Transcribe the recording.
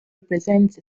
represents